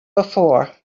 before